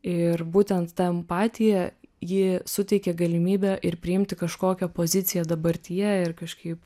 ir būtent ta empatija ji suteikė galimybę ir priimti kažkokią poziciją dabartyje ir kažkaip